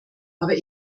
aber